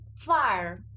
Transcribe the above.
fire